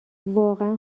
واقعا